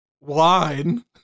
wine